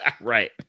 right